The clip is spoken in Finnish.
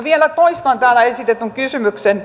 vielä toistan täällä esitetyn kysymyksen